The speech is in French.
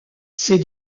ses